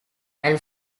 and